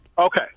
Okay